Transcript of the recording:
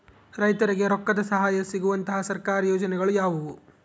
ರೈತರಿಗೆ ರೊಕ್ಕದ ಸಹಾಯ ಸಿಗುವಂತಹ ಸರ್ಕಾರಿ ಯೋಜನೆಗಳು ಯಾವುವು?